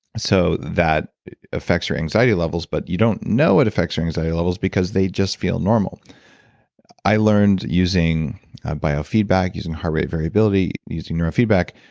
so that affects your anxiety levels but you don't know it affects your anxiety levels because they just feel normal i learned using a biofeedback, using heart rate variability, using neurofeedback.